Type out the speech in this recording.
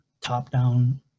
top-down